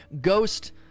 Ghost